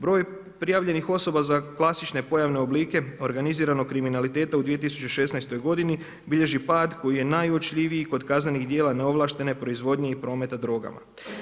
Broj prijavljenih osoba za klasične pojavne oblike organiziranog kriminaliteta u 2016. g. bilježi pad koji je najuočljiviji kod kaznenih dijela neovlaštene proizvodnje i prometa drogama.